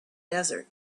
desert